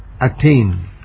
attain